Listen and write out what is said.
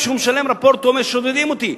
כשהוא משלם רפורט הוא אומר "שודדים אותי".